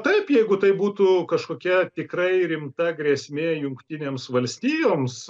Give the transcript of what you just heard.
taip jeigu tai būtų kažkokia tikrai rimta grėsmė jungtinėms valstijoms